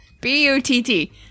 B-U-T-T